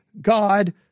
God